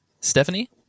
Stephanie